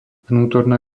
vnútorná